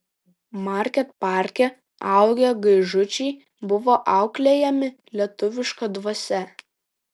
market parke augę gaižučiai buvo auklėjami lietuviška dvasia